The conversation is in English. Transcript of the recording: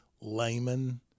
layman